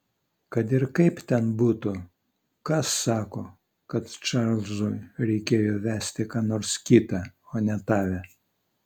kad ir kaip ten būtų kas sako kad čarlzui reikėjo vesti ką nors kitą o ne tave